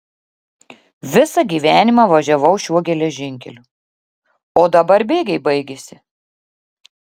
visą gyvenimą važiavau šiuo geležinkeliu o dabar bėgiai baigėsi